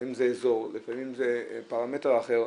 לפעמים זה אזור, לפעמים זה פרמטר אחר.